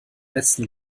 letzten